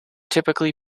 typically